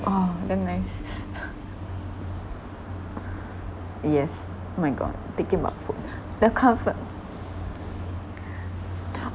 oh damn nice yes oh my god thinking about food the comfort